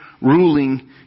ruling